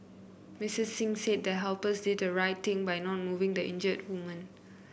Missus Singh said the helpers did the right thing by not moving the injured woman